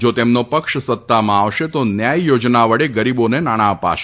જો તેમનો પક્ષ સત્તામાં આવશે તો ન્યાય યોજના વડે ગરીબોને નાણાં અપાશે